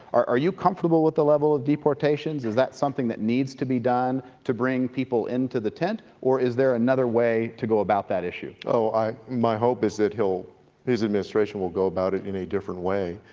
are you comfortable with the level of deportation? is is that something that needs to be done to bring people into the tent or is there another way to go about that issue? oh, my hope is that he'll he'll his administration will go about it in a different way.